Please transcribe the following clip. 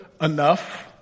enough